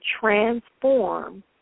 transform